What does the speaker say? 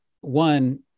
one